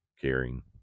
caring